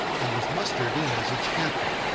and was mustered in as its captain.